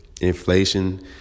Inflation